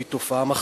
היא תופעה מחרידה,